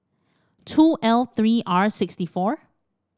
two L three R sixty four